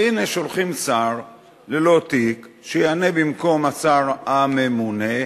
והנה, שולחים שר ללא תיק שיענה במקום השר הממונה,